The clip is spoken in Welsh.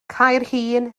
caerhun